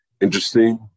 interesting